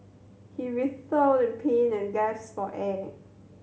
he writhed in pain and for air